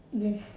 yes